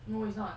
no it's not